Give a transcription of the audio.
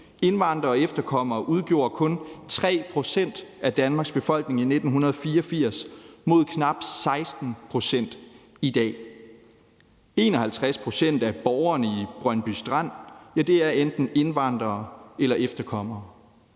Indvandrere og efterkommere udgjorde kun 3 pct. af Danmarks befolkning i 1984 mod knap 16 pct. i dag. 51 pct. af borgerne i Brøndby Strand er enten indvandrere eller efterkommere.